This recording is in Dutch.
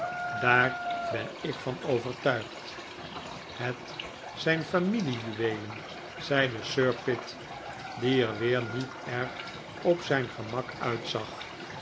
daar ben ik van overtuigd het zijn familiejuweelen zeide sir pitt die er weer niet erg op zijn gemak uitzag